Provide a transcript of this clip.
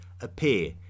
appear